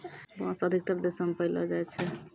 बांस अधिकतर देशो म पयलो जाय छै